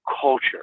culture